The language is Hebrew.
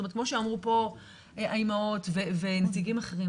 את אומרת, כמו שאמרו פה האימהות והנציגים האחרים.